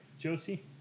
Josie